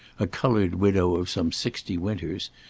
a coloured widow of some sixty winters,